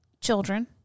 children